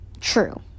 true